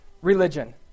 religion